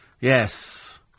Yes